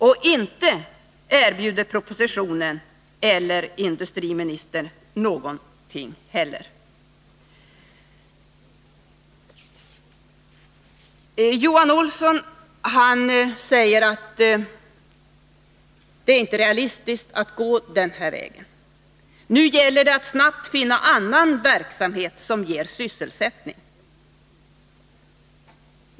Och inte erbjuder propositionen eller industriministern någonting heller. Johan Olsson säger att det inte är realistiskt att gå den här vägen — nu gäller det att snabbt finna annan verksamhet som ger sysselsättning.